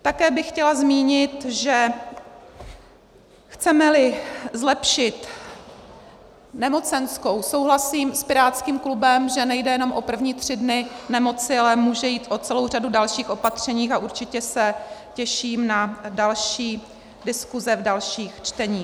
Také bych chtěla zmínit, že chcemeli zlepšit nemocenskou, souhlasím s pirátským klubem, že nejde jenom o první tři dny nemoci, ale může jít o celou řadu dalších opatření a určitě se těším na další diskuse v dalších čteních.